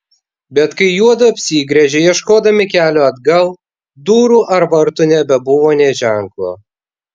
bet kai juodu apsigręžė ieškodami kelio atgal durų ar vartų nebebuvo nė ženklo